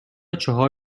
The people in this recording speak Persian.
چهار